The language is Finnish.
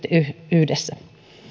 yhdessä